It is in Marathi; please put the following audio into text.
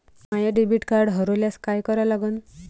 माय डेबिट कार्ड हरोल्यास काय करा लागन?